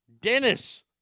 Dennis